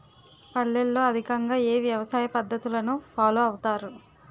పల్లెల్లో అధికంగా ఏ వ్యవసాయ పద్ధతులను ఫాలో అవతారు?